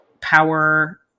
power